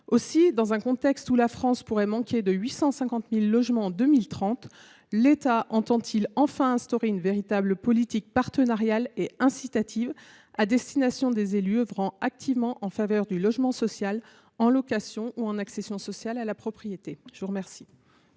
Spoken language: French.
Aussi, dans un contexte où la France pourrait manquer de 850 000 logements en 2030, l’État entend il enfin instaurer une véritable politique partenariale et incitative à destination des élus œuvrant activement en faveur du logement social, en location ou en accession à la propriété ? La parole